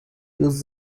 use